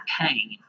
pain